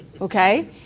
okay